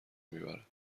میبرد